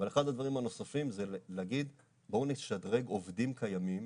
אבל אחד הדברים הנוספים זה להגיד בואו נשדרג עובדים קיימים.